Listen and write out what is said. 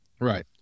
Right